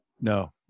No